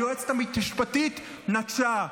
היועצת המשפטית נטשה.